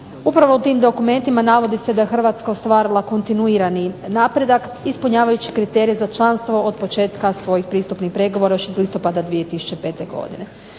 Upravo u tim dokumentima navodi se da je Hrvatska ostvarila kontinuirani napredak, ispunjavajući kriterije za članstvo od početka svojih pristupnih pregovora još iz listopada 2005. Bilježi